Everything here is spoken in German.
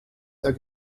der